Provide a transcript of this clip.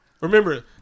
Remember